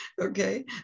okay